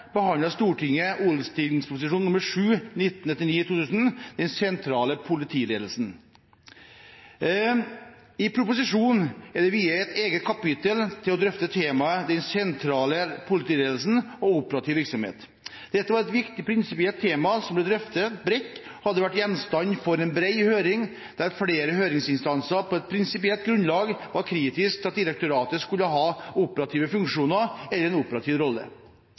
Den sentrale politiledelsen. I proposisjonen er det viet et eget kapittel til å drøfte temaet «Den sentrale politiledelsen og operativ virksomhet». Dette var et viktig prinsipielt tema som ble drøftet bredt, og som hadde vært gjenstand for en bred høring, der flere høringsinstanser på et prinsipielt grunnlag var kritiske til at direktoratet skulle ha operative funksjoner eller en operativ rolle.